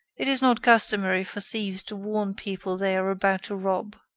it is not customary for thieves to warn people they are about to rob.